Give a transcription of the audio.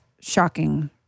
shocking